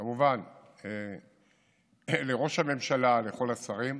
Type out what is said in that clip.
כמובן לראש הממשלה ולכל השרים,